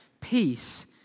peace